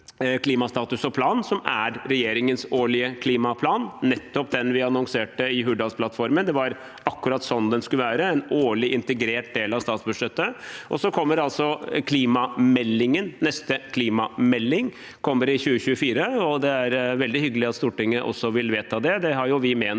klimastatus og plan, som er regjeringens årlige klimaplan, nettopp den vi annonserte i Hurdalsplattfor men. Det var akkurat sånn den skulle være: en årlig integrert del av statsbudsjettet. Så kommer altså den neste klimameldingen i 2024, og det er veldig hyggelig at Stortinget også vil vedta det – det har vi ment